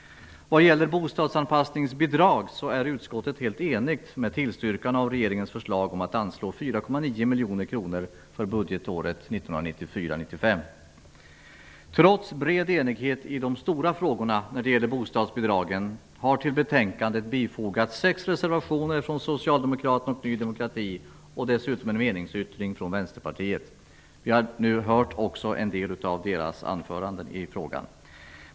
När det gäller dessa bidrag är utskottet helt enigt om att tillstyrka regeringens förslag om ett anslag på 4,9 miljoner kronor för budgetåret 1994/95. Trots den breda enigheten i de stora frågorna när det gäller bostadsbidragen har till betänkandet fogats sex reservationer från Socialdemokraterna och Ny demokrati samt en meningsyttring från Vänsterpartiet. Vi har även hört en del anföranden i dessa frågor.